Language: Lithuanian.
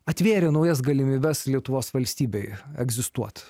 atvėrė naujas galimybes lietuvos valstybei egzistuot